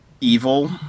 evil